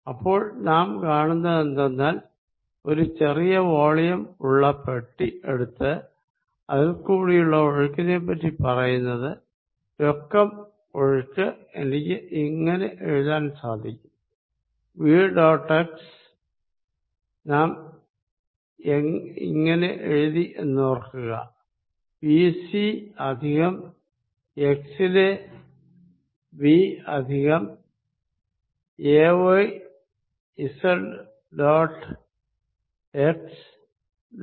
അപ്പോൾ നാം കാണുന്നത് എന്തെന്നാൽ ഞാൻ ഒരു ചെറിയ വോളിയം ഉള്ള പെട്ടി എടുത്ത് അതിൽക്കൂടിയുള്ള ഒഴുക്കിനെപ്പറ്റി പറയുന്നത് നെറ്റ് ഫ്ലോ എനിക്ക് ഇങ്ങനെ എഴുതാൻ കഴിയും vഡോട്ട് x നാം ഇങ്ങനെ എഴുതി ഓർക്കുക bc പ്ലസ് xലെ V plus ay z dot x dc